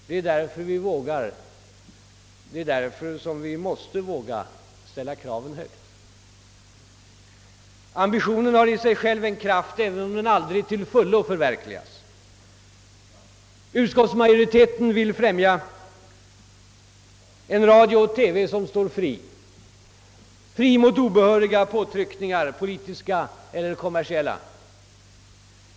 Det är därför vi vågar, det är därför vi måste våga ställa kraven högt. Ambitionen har i sig själv en kraft, även om den aldrig till fullo förverkligas. Utskottsmajoriteten vill främja en radio och TV som står fri — fri mot obehöriga påtryckningar, politiska eller kommersiella.